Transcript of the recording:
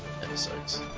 episodes